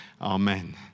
Amen